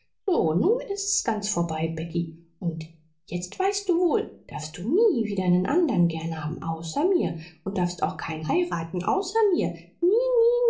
nun ist's ganz vorbei becky und jetzt weißt du wohl darfst du nie wieder nen anderen gern haben außer mir und darfst auch keinen heiraten außer mir nie nie